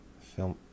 Film